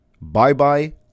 bye-bye